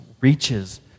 reaches